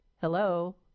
Hello